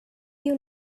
you